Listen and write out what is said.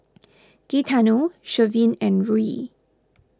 Gaetano Sherwin and Ruie